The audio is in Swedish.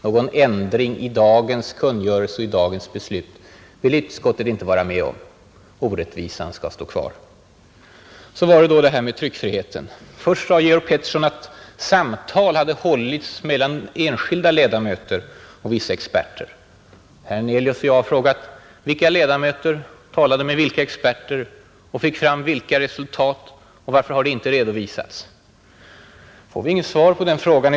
Någon ändring i dagens kungörelse och dagens beslut vill utskottet inte vara med om — orättvisan skall stå kvar. Vidare gällde det tryckfriheten. Först sade Georg Pettersson att ”samtal” hade förts mellan enskilda ledamöter och vissa experter. Herr Hernelius och jag har frågat: Vilka ledamöter talade med vilka experter och fick fram vilka resultat och varför har de inte redovisats? Vi får inget svar på den frågan.